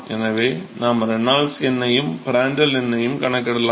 எனவே நாம் ரெனால்ட்ஸ் எண்ணையும் பிராண்ட்டல் எண்ணையும் கணக்கிடலாம்